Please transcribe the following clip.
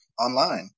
online